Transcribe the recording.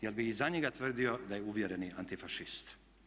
Jel' bi i za njega tvrdio da je uvjereni antifašist?